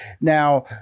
Now